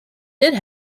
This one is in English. did